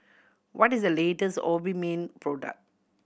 what is the latest Obimin product